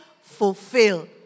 fulfill